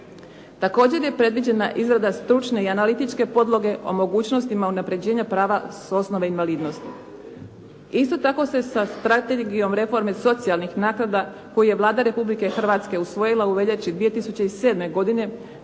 Također je predviđena izrada stručne i analitičke podloge o mogućnostima unaprjeđenja prava s osnove invalidnosti. Isto tako se sa strategijom reforme socijalnih naknada koji je Vlada Republike Hrvatske usvojila u veljači 2007. godine